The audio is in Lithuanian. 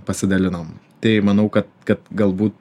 pasidalinom tai manau kad kad galbū